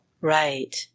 Right